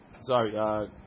sorry